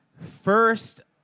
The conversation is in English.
first